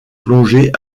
plongée